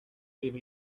live